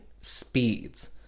speeds